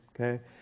Okay